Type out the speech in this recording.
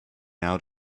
out